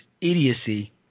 idiocy